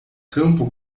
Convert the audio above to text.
campo